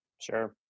sure